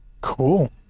Cool